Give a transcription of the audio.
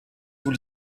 sous